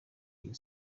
rayon